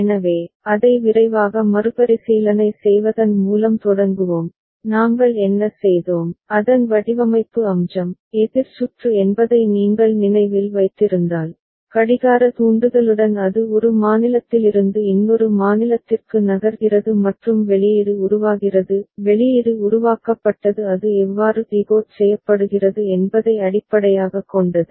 எனவே அதை விரைவாக மறுபரிசீலனை செய்வதன் மூலம் தொடங்குவோம் நாங்கள் என்ன செய்தோம் அதன் வடிவமைப்பு அம்சம் எதிர் சுற்று என்பதை நீங்கள் நினைவில் வைத்திருந்தால் கடிகார தூண்டுதலுடன் அது ஒரு மாநிலத்திலிருந்து இன்னொரு மாநிலத்திற்கு நகர்கிறது மற்றும் வெளியீடு உருவாகிறது வெளியீடு உருவாக்கப்பட்டது அது எவ்வாறு டிகோட் செய்யப்படுகிறது என்பதை அடிப்படையாகக் கொண்டது